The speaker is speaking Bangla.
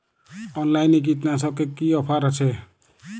অনলাইনে কীটনাশকে কি অফার আছে?